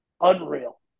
Unreal